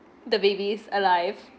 the babies alive